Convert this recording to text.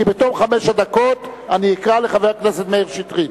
כי בתום חמש הדקות אני אקרא לחבר הכנסת מאיר שטרית.